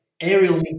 Aerial